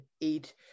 eight